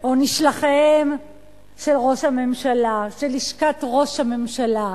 של לשכת ראש הממשלה.